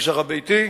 במגזר הביתי,